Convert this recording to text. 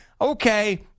okay